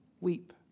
weep